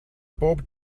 bob